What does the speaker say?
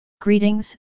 Greetings